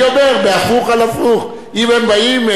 בהפוך על הפוך: אם הם באים אלינו,